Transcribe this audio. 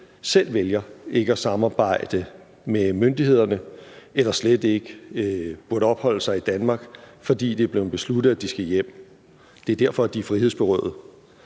selv vælger ikke at samarbejde med myndighederne eller slet ikke burde opholde sig i Danmark, fordi det er blevet besluttet, at de skal hjem. Det er derfor, de er frihedsberøvede.